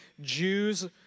Jews